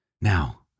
Now